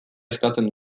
eskatzen